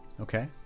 Okay